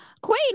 Queen